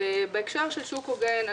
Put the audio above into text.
בהקשר של שוק הוגן,